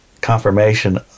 confirmation